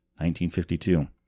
1952